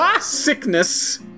sickness